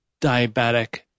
diabetic